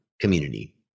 community